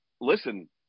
listen